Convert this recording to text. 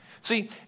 See